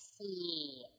see